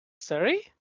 sorry